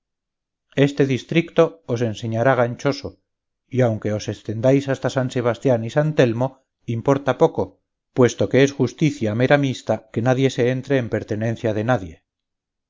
este districto os enseñará ganchoso y aunque os estendáis hasta san sebastián y san telmo importa poco puesto que es justicia mera mista que nadie se entre en pertenencia de nadie